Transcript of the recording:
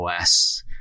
os